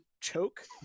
choke